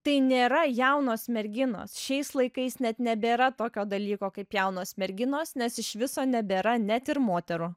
tai nėra jaunos merginos šiais laikais net nebėra tokio dalyko kaip jaunos merginos nes iš viso nebėra net ir moterų